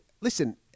Listen